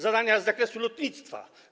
Zadania z zakresu lotnictwa.